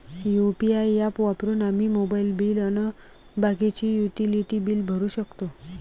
UPI app वापरून आम्ही mobile bill अन बाकीचे युटिलिटी बिल भरू शकतो